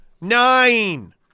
nine